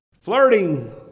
Flirting